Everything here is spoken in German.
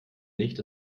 nicht